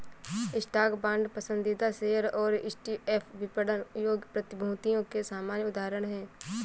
stock, bond, पसंदीदा share और ETF विपणन योग्य प्रतिभूतियों के सामान्य उदाहरण हैं